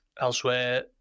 elsewhere